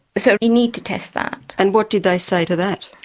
so you need to test that. and what did they say to that?